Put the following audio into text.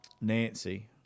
Nancy